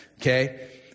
Okay